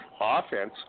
offense